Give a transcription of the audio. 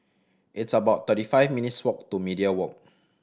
it's about thirty five minutes' walk to Media Walk